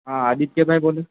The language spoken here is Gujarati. હાં આદિત્યભાઈ બોલો